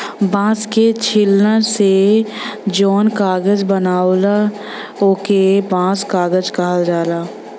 बांस के छीलन से जौन कागज बनला ओके बांस कागज कहल जाला